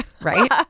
Right